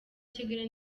kigali